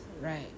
right